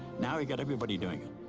now he got everybody doing it.